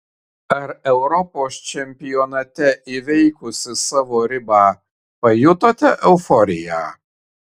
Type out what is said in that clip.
ar europos čempionate įveikusi savo ribą pajutote euforiją